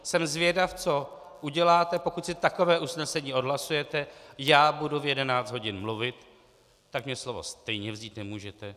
Jsem zvědav, co uděláte, pokud si takové usnesení odhlasujete, já budu v 11 hodin mluvit, tak mi slovo stejně vzít nemůžete.